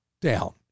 down